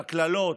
הקללות,